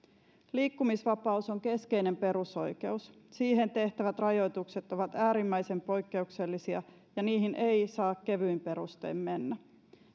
liikkumisvapaus on keskeinen perusoikeus siihen tehtävät rajoitukset ovat äärimmäisen poikkeuksellisia ja niihin ei saa kevyin perustein mennä